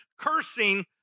cursing